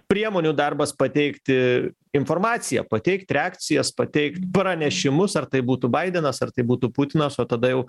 priemonių darbas pateikti informaciją pateikt reakcijas pateikt pranešimus ar tai būtų baidenas ar tai būtų putinas o tada jau